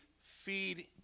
feed